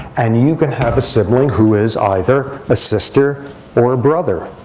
and you could have a sibling who is either a sister or a brother.